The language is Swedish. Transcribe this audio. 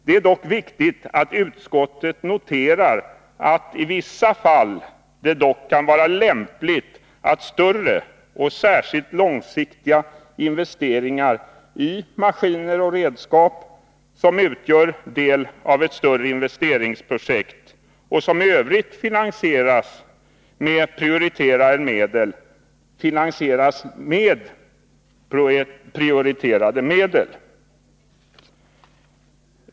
Det är dock viktigt att utskottet noterar att det i vissa fall ändå kan vara lämpligt att större och särskilt långsiktiga investeringar i maskiner och redskap, som utgör del av ett större investeringsprojekt och som i övrigt finansieras med prioriterade medel, helt finansieras med sådana medel.